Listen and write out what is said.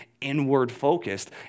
inward-focused